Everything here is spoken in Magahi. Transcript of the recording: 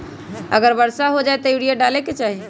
अगर वर्षा हो जाए तब यूरिया डाले के चाहि?